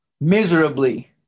miserably